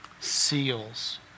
seals